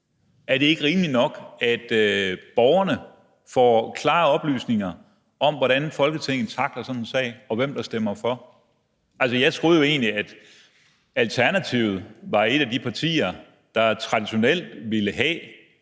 Er det ikke rimeligt nok, at borgerne får klare oplysninger om, hvordan Folketinget tackler sådan en sag, og hvem der stemmer for? Jeg troede egentlig, at Alternativet var et af de partier, der traditionelt ville have,